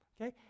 okay